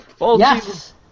Yes